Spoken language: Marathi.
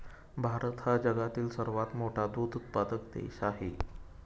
भारत हा जगातील सर्वात मोठा दूध उत्पादक देश आहे